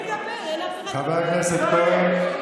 מנהיגות לשבת פה ולעלוב באחרים אתה מתבלבל.